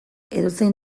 edozein